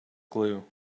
glue